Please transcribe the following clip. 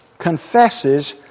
confesses